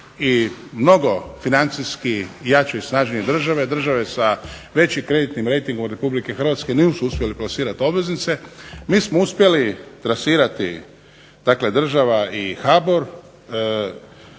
i mnogo financijski i jače snažnije države, države sa većim kreditnim rejtingom republike Hrvatske nisu uspjeli plasirati obveznice, mi smo uspjeli plasirati, dakle država i HBOR